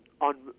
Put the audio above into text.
on